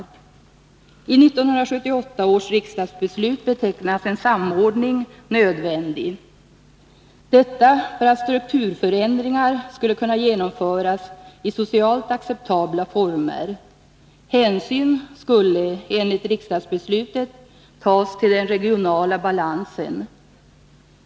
I 1978 års riksdagsbeslut betecknas en samordning som nödvändig, detta för att strukturförändringar skulle kunna genomföras i socialt acceptabla former. Hänsyn skulle, enligt riksdagsbeslutet, tas till den regionala balansen.